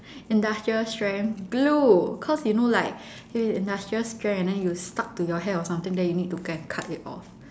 industrial strength glue cause you know like industrial strength and then you stuck to your hair or something then you need to go and cut it off